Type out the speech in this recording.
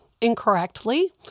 incorrectly